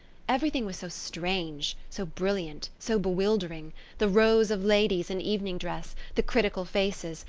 everything was so strange, so brilliant, so bewildering the rows of ladies in evening dress, the critical faces,